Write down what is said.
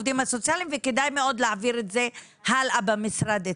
וכדאי מאוד להעביר את זה הלאה במשרד אצלכם.